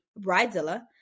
bridezilla